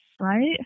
right